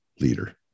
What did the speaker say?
leader